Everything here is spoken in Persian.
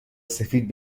سفید